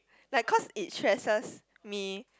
like cause it stresses me